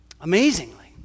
amazingly